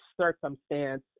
circumstance